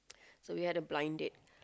so we had a blind date